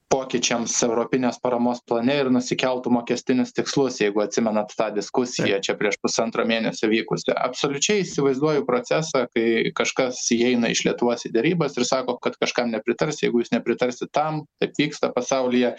pokyčiams europinės paramos plane ir nusikeltų mokestinius tikslus jeigu atsimenat tą diskusiją čia prieš pusantro mėnesio vykusią absoliučiai įsivaizduoju procesą kai kažkas įeina iš lietuvos į derybas ir sako kad kažkam nepritars jeigu jūs nepritarsit tam taip vyksta pasaulyje